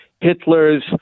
Hitler's